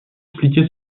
expliquer